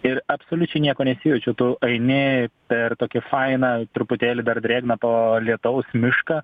ir absoliučiai nieko nesijaučia tu eini per tokį fainą truputėlį dar drėgną po lietaus mišką